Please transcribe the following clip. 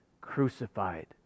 crucified